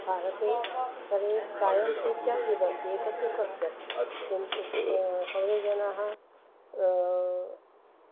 भारते स् सर्वे चायं प्रीत्या पिबन्ति एतत्तु सत्यं किम् सर्वे जनाः